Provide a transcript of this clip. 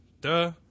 Duh